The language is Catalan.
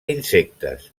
insectes